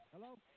Hello